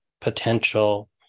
potential